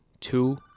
two